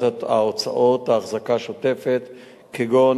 גבעת-התחמושת היא סמל לגבורה,